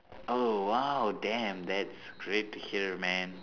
oh !wow! damn that's great to hear man